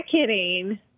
kidding